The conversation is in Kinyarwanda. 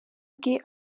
bwe